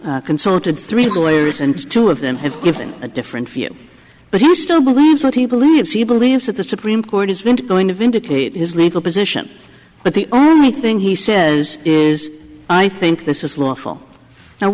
also consulted three lawyers and two of them have given a different view but he still believes what he believes he believes that the supreme court is going to vindicate his legal position but the only thing he says is i think this is lawful